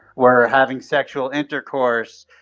were having sexual intercourse,